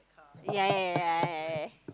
ya ya ya ya ya